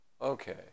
okay